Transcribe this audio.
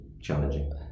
challenging